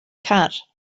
car